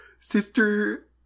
Sister